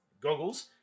goggles